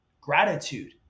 gratitude